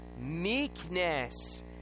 meekness